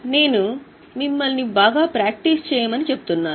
నేను చాలా ప్రాక్టీస్ చేయమని మిమ్మల్ని అభ్యర్థిస్తాను